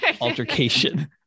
altercation